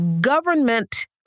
government